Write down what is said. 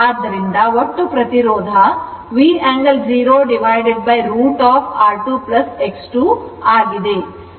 ಆದ್ದರಿಂದ ಒಟ್ಟು ಪ್ರತಿರೋಧ V angle 0 √ over R2 X2 ಆಗಿದೆ